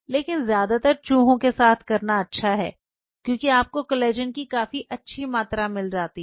लेकिन ज्यादातर चूहे के साथ करना अच्छा है क्योंकि आपको कोलेजन की काफी अच्छी मात्रा मिलती है